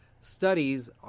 studies